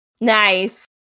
Nice